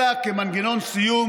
אלא כמנגנון סיום